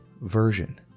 version